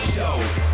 Show